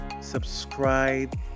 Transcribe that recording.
subscribe